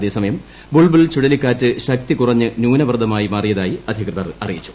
അതേസമയം ബുൾബുൾ ചുഴലിക്കാറ്റ് ശക്തി കുറഞ്ഞ് ന്യൂനമർദ്ദമായി മാറിയതായി അധികൃതർ അറിയിച്ചു